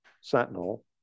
Sentinel